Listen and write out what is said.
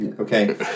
okay